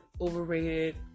overrated